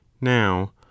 now